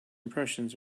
impressions